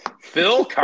Phil